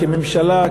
כממשלה,